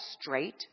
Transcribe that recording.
Straight